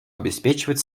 обеспечивает